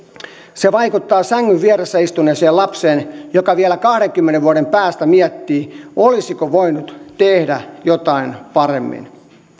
se vaikuttaa sängyn vieressä istuneeseen lapseen joka vielä kahdenkymmenen vuoden päästä miettii olisiko voinut tehdä jotain paremmin